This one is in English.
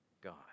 God